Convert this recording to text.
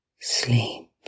sleep